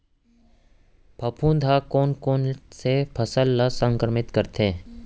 फफूंद ह कोन कोन से फसल ल संक्रमित करथे?